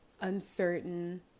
uncertain